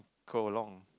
go along